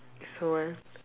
so one